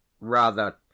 rather